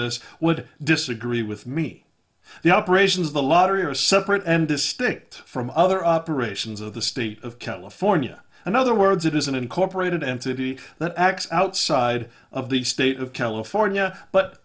this would disagree with me the operations of the lottery are separate and distinct from other operations of the state of california in other words it is an incorporated entity that acts outside of the state of california but